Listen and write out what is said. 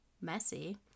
messy